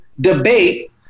debate